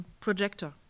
projector